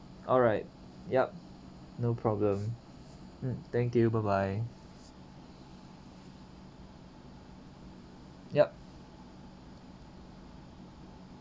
alright yup no problem mm thank you bye bye yup